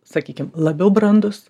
sakykim labiau brandūs